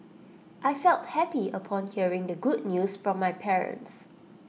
I felt happy upon hearing the good news from my parents